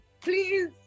Please